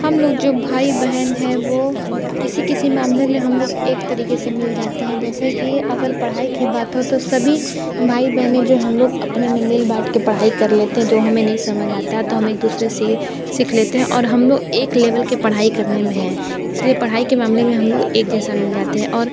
हम लोग जो भाई बहन हैं वो किसी किसी मामले में हम लोग एक तरीक़े से मिल जाते हैं जैसे कि अगर पढ़ाई की बात हो तो सभी भाई बहनें जो हैं हम लोग अपने में मिल बाँट के पढ़ाई कर लेते हैं जो हमें नहीं समझ आता तो हम एक दूसरे से सीख लेते हैं और हम लोग एक लेवल की पढ़ाई करने में हैं इस लिए पढ़ाई के मामले में हम लोग एक जैसे मिल जाते हैं और